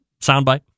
soundbite